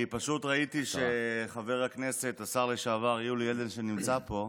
אני פשוט ראיתי שחבר הכנסת השר לשעבר יולי אדלשטיין נמצא פה,